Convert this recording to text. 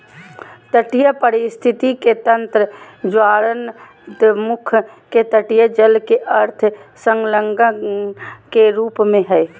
तटीय पारिस्थिति के तंत्र ज्वारनदमुख के तटीय जल के अर्ध संलग्न के रूप में हइ